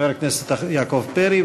חבר הכנסת יעקב פרי,